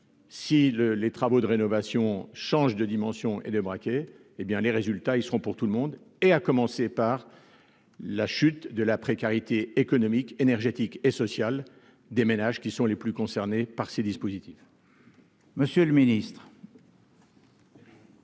le les travaux de rénovation change de dimension et de braquer, hé bien les résultats, ils seront pour tout le monde et à commencer par la chute de la précarité économique, énergétique et sociale des ménages qui sont les plus concernés par ces dispositifs. Monsieur le Ministre.